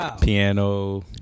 piano